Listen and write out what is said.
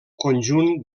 conjunt